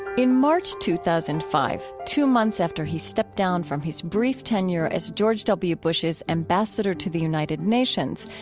in march two thousand and five, two months after he stepped down from his brief tenure as george w. bush's ambassador to the united nations,